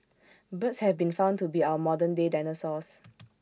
birds have been found to be our modern day dinosaurs